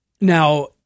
Now